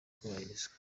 kubahirizwa